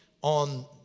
on